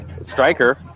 striker